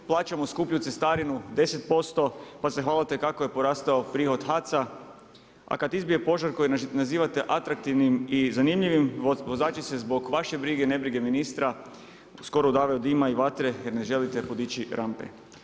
Plaćamo skuplju cestarinu 10%, pa se hvalite kako je porastao prihod HAC-a, a kad izbije požar koji nazivate atraktivnim i zanimljivim vozači se zbog vaše brige, nebrige ministra skoro dave od dima i vatre jer ne želite podići rampe.